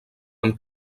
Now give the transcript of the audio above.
amb